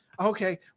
Okay